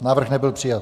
Návrh nebyl přijat.